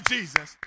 Jesus